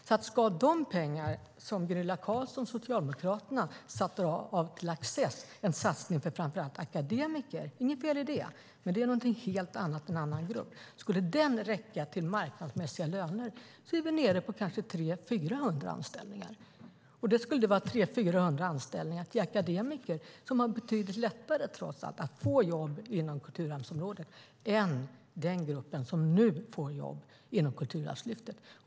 Skulle de pengar som Gunilla Carlsson och Socialdemokraterna satte av till Access, en satsning för framför allt akademiker - inget fel i det, men det är något helt annat, en annan grupp - räcka till marknadsmässiga löner skulle vi vara nere på kanske 300-400 anställningar. Och det skulle vara 300-400 anställningar till akademiker, som trots allt har betydligt lättare att få jobb inom kulturarvsområdet än den grupp som nu får jobb genom Kulturarvslyftet.